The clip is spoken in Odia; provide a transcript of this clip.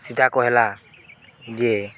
ସୀତା କହେଲା ଯେ